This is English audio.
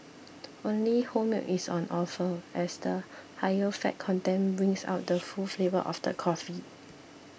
only whole milk is on offer as the higher fat content brings out the full flavour of the coffee